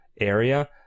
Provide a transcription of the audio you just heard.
area